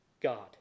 god